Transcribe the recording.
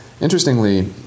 interestingly